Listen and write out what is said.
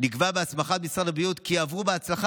נקבע בהסכמת משרד הבריאות כי אם הם יעברו בהצלחה